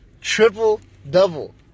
triple-double